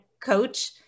coach